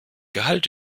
gehalt